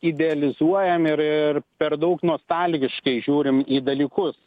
idealizuojam ir per daug nostalgiškai žiūrim į dalykus